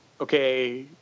okay